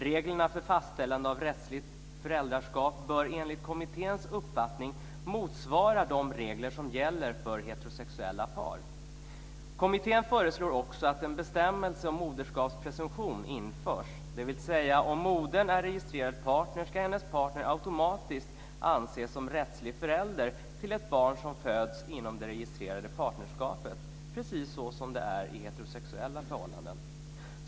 Reglerna för fastställande av rättsligt föräldraskap bör enligt kommitténs uppfattning motsvara de regler som gäller för heterosexuella par. Kommittén föreslår också att en bestämmelse om moderskapspresumtion införs, dvs. om modern är registrerad partner ska hennes partner automatiskt anses som rättslig förälder till ett barn som föds inom det registrerade partnerskapet, precis som det är i heterosexuella förhållanden.